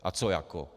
A co jako?